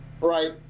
right